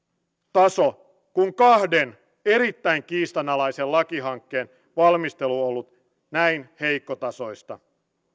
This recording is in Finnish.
taso kun kahden erittäin kiistanalaisen lakihankkeen valmistelu on ollut näin heikkotasoista